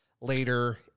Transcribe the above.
later